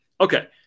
Okay